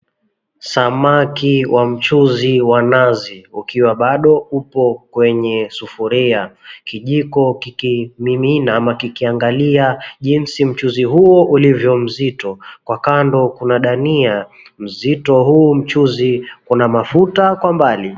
Samaki wa mchuzi wa nazi, ukiwa bado upo kwenye sufuria, kijiko kikimimina ama kikiangalia jinsi mchuzi huo ulivyo mzito kwa kando kuna dania, mzito huu mchuzi kuna mafuta kwa mbali.